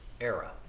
Era